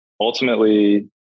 ultimately